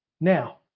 Now